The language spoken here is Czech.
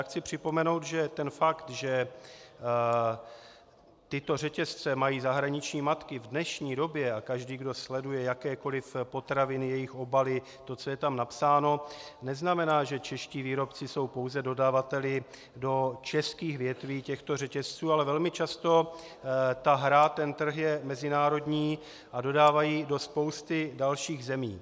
Chci připomenout, že fakt, že tyto řetězce mají zahraniční matky v dnešní době a každý, kdo sleduje jakékoliv potraviny, jejich obaly, co je tam napsáno neznamená, že čeští výrobci jsou pouze dodavateli do českých větví těchto řetězců, ale velmi často ta hra, ten trh je mezinárodní a dodávají do spousty dalších zemí.